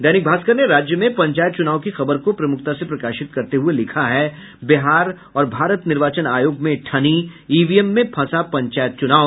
दैनिक भास्कर ने राज्य में पंचायत चुनाव की खबर को प्रमुखता से प्रकाशित करते हुये लिखा है बिहार और भारत निर्वाचन आयेग में ठनी ईवीएम में फंसा पंचायत चुनाव